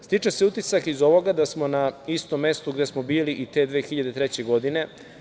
Stiče se utisak iz ovoga da smo na istom mestu gde smo bili i te 2003. godine.